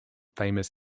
famous